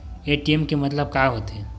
ATM के मतलब का होथे?